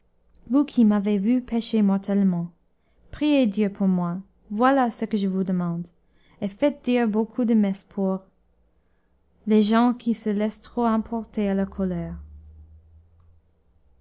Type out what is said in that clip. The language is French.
vous qui m'avez vu pécher mortellement priez dieu pour moi voilà ce que je vous demande et faites dire beaucoup de messes pour les gens qui se laissent trop emporter à la colère